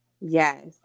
yes